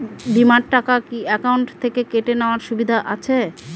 বিমার টাকা কি অ্যাকাউন্ট থেকে কেটে নেওয়ার সুবিধা আছে?